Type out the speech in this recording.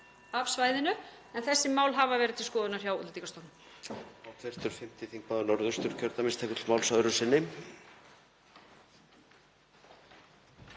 af svæðinu. En þessi mál hafa verið til skoðunar hjá Útlendingastofnun.